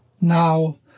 Now